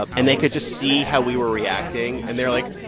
ah and they could just see how we were reacting. and they're like,